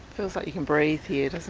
feels like you can breathe here doesn't